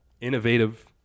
Innovative